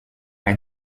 est